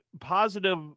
positive